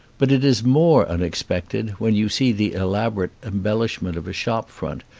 but it is more unexpected when you see the elaborate embellishment of a shop-front,